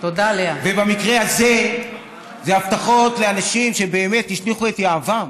ובמקרה הזה אלה הבטחות לאנשים שבאמת השליכו את יהבם